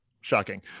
Shocking